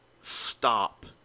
Stop